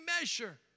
measure